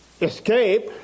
escape